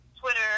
Twitter